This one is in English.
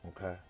Okay